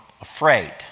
afraid